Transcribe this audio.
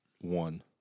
one